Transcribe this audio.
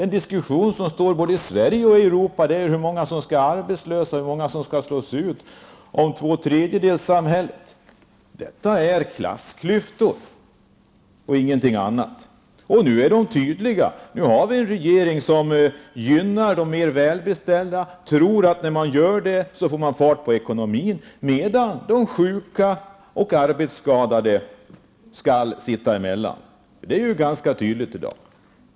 Den diskussion som förs både i Sverige och i Europa handlar just om hur många som skall bli arbestlösa, hur många som skall slås ut, i tvåtredjedelssamhället. Här är det fråga om klassklyftor och ingenting annat! Nu är dessa tydliga, för nu har vi en regering som gynnar de mer välbeställda. Man tror att det är möjligt att få fart på ekonomin -- och detta samtidigt som de sjuka och arbetsskadade får sitta emellan. Detta är ganska tydligt i dag.